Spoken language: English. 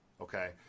Okay